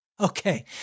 Okay